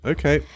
Okay